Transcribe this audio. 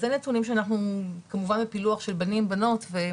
זה נתונים שאנחנו כמובן בפילוח של בנים ובנות.